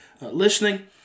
listening